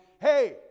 hey